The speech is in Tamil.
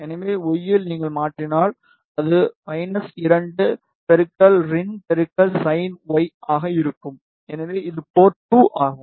எனவே y இல் நீங்கள் மாற்றினால் அது 2 rin sin y ஆக இருக்கும் எனவே இது போர்ட் 2 ஆகும்